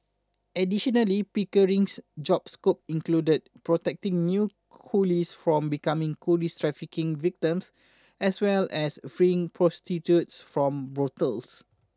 additionally Pickering's job scope included protecting new coolies from becoming coolie trafficking victims as well as freeing prostitutes from brothels